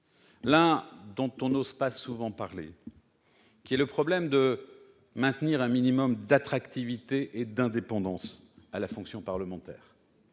dont on n'ose pas souvent parler, est de maintenir un minimum d'attractivité et d'indépendance à la fonction parlementaire,